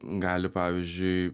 gali pavyzdžiui